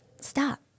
stop